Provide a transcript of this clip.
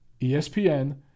espn